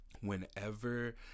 whenever